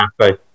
happy